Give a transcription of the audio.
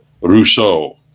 Rousseau